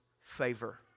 favor